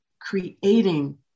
creating